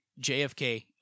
JFK